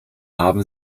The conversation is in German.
haben